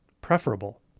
preferable